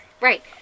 Right